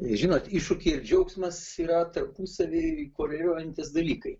žinot iššūkiai ir džiaugsmas yra tarpusavy koreliuojantys dalykai